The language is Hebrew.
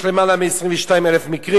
יש למעלה מ-22,000 מקרים.